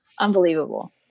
Unbelievable